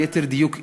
ליתר דיוק אישה,